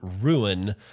ruin